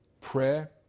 prayer